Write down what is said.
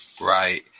Right